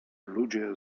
ludzie